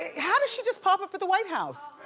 how does she just pop-up at the white house?